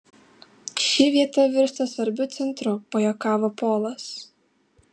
ši vieta virsta svarbiu centru pajuokavo polas